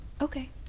Okay